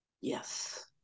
yes